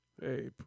Hey